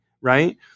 right